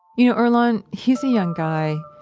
you know, earlonne, he's a young guy.